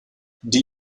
die